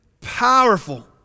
powerful